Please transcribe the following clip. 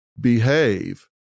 behave